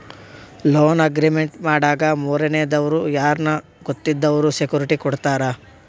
loan agreement ಮಾಡಾಗ ಮೂರನೇ ದವ್ರು ಯಾರ್ನ ಗೊತ್ತಿದ್ದವ್ರು ಸೆಕ್ಯೂರಿಟಿ ಕೊಡ್ತಾರ